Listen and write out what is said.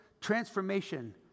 transformation